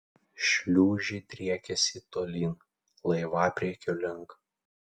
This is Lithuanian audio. šliūžė driekėsi tolyn laivapriekio link